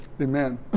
Amen